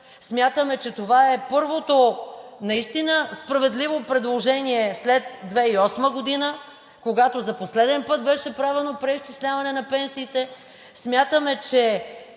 Смятаме, че това е първото наистина справедливо предложение след 2008 г., когато за последен път беше правено преизчисляване на пенсиите. Смятаме, че